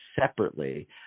separately